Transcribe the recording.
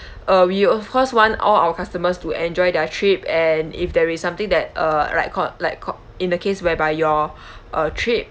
uh we of course want all our customers to enjoy their trip and if there is something that uh like called like called in the case whereby your uh trip